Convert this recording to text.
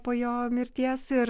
po jo mirties ir